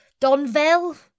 Donville